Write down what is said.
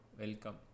Welcome